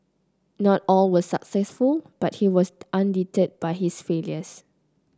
not all was successful but he was undeterred by his failures